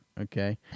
Okay